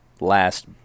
last